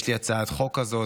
יש לי הצעת חוק כזאת.